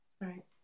Right